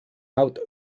out